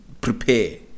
prepare